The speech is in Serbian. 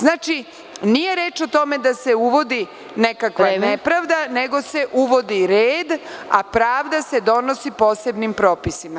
Znači, nije reč o tome da se uvodi nekakva nepravda, nego se uvodi red, a pravda se donosi posebnim propisima.